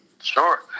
Sure